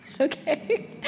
Okay